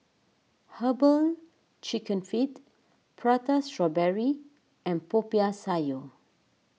Herbal Chicken Feet Prata Strawberry and Popiah Sayur